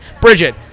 Bridget